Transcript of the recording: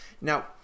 Now